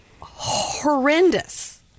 horrendous